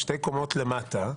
שתי קומות למטה,